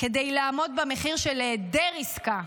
כדי לעמוד במחיר של היעדר עסקה.